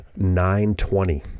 9.20